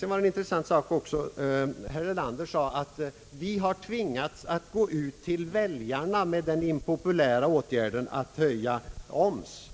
Det var vidare intressant att höra herr Erlander anföra att regeringen hade tvingats gå ut till väljarna med den impopulära åtgärden att höja omsättningsskatten.